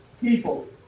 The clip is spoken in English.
people